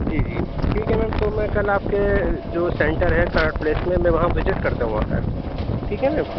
جی جی ٹھیک ہے میم تو میں کل آپ کے جو سینٹر ہے کناٹ پلیس میں میں وہاں وزٹ کرتا ہوں آ کر ٹھیک ہے میم